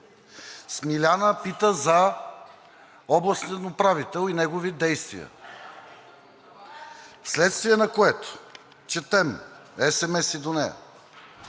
Смиляна пита за областен управител и негови действия, вследствие на което четем есемеси до нея: